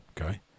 okay